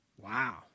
Wow